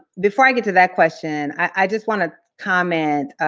before i get to that question, i just want to comment,